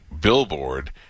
billboard